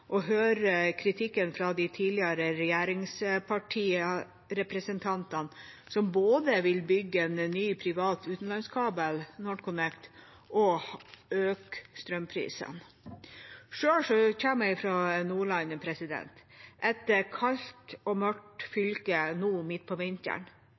høre kritikken fra representanter for den tidligere regjeringen, som både ville bygge en ny privat utenlandskabel, NorthConnect, og øke strømprisene. Selv kommer jeg fra Nordland, et kaldt og mørkt